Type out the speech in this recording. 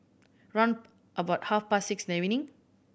round about half past six in the evening